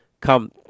come